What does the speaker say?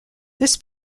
this